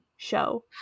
show